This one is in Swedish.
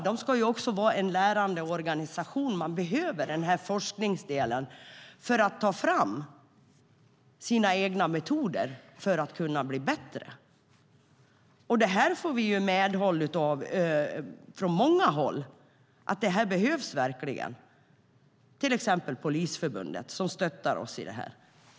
Det här ska ju också vara en lärande organisation. Man behöver forskningsdelen för att ta fram sina egna metoder för att kunna bli bättre. Vi får medhåll från många håll om att det verkligen behövs. Till exempel Polisförbundet stöttar oss i det här.